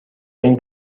این